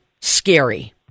scary